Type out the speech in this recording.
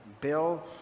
Bill